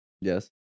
yes